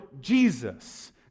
Jesus